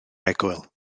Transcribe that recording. egwyl